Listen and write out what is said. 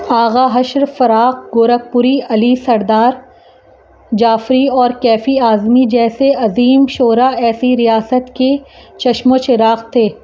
آغا Hashr Firaq Gorakhpuri Ali Sardar Jafri اور کیفی اعظمی جیسے عظیم شعرا ایسی ریاست کے چشم و چراغ تھے